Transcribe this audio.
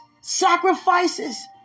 sacrifices